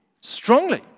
strongly